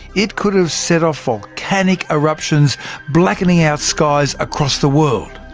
it could ah set off volcanic eruptions blacking out skies across the world.